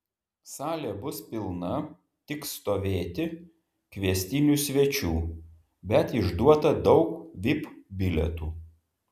salė bus pilna tik stovėti kviestinių svečių bet išduota daug vip bilietų